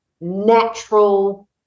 natural